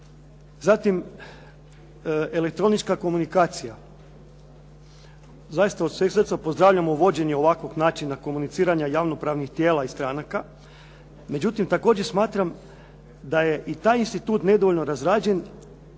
Zatim, elektronička komunikacija. Zaista od sveg srca pozdravljam uvođenje ovakvog načina komuniciranja javno¬pravnih tijela i stranaka, međutim također smatram da je i taj institut nedovoljno razrađen